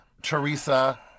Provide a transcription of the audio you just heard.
Teresa